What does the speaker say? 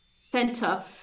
center